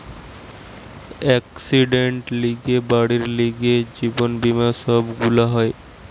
একসিডেন্টের লিগে, বাড়ির লিগে, জীবন বীমা সব গুলা হয়